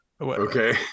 Okay